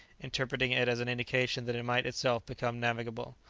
interpreting it as an indication that it might itself become navigable,